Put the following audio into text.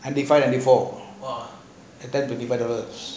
ninety five ninety four that time five dollars